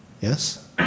Yes